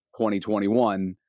2021